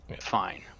Fine